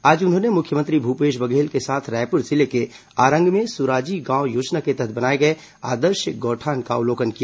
आज उन्होंने मुख्यमंत्री भूपेश बघेल के साथ रायपुर जिले के आरंग में सुराजी गांव योजना के तहत बनाए गए आदर्श गौठान का अवलोकन किया